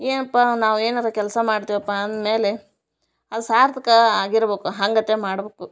ಏನಪ್ಪ ನಾವು ಏನಾರೂ ಕೆಲಸ ಮಾಡ್ತೀವಪ್ಪ ಅಂದಮೇಲೆ ಅದು ಸಾರ್ಥಕ ಆಗಿರ್ಬೋಕು ಹಂಗತೆ ಮಾಡ್ಬೇಕು